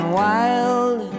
wild